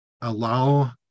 allow